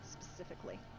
specifically